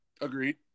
Agreed